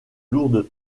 lourdes